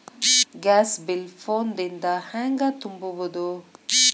Gas bill phone ದಿಂದ ಹ್ಯಾಂಗ ತುಂಬುವುದು?